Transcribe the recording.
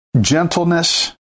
gentleness